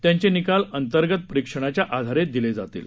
त्यांचे निकाल अंतर्गत परीक्षणाच्या आधारे दिले जातील